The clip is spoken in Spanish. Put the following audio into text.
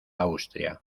austria